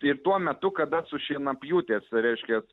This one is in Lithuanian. ir tuo metu kada su šienapjūte reiškias